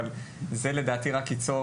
אבל זה רק ייצור,